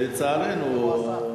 לצערנו,